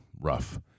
rough